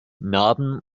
narben